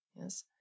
yes